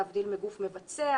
להבדיל מגוף מבצע.